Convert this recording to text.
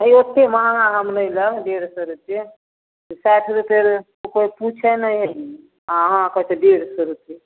हइ एतेक महगा आम नहि लेब डेढ़ सओ रुपैए साठि रुपैए तऽ कोइ पुछै नहि हइ अहाँ कहै छिए डेढ़ सओ रुपैए